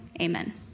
amen